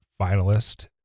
finalist